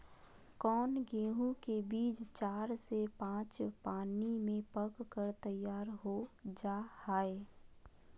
कौन गेंहू के बीज चार से पाँच पानी में पक कर तैयार हो जा हाय?